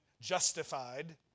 justified